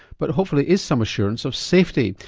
but hopefully is some assurance of safety,